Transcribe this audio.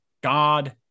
God